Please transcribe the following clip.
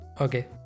Okay